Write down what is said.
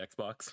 Xbox